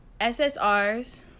SSRs